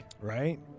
right